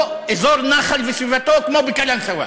או אזור נחל וסביבתו, כמו בקלנסואה.